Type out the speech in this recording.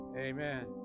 Amen